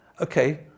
okay